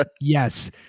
Yes